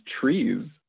trees